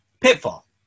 Pitfall